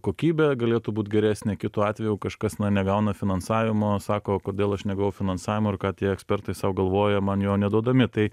kokybė galėtų būt geresnė kitu atveju kažkas na negauna finansavimo sako kodėl aš negavau finansavimo ir ką tie ekspertai sau galvoja man jo neduodami tai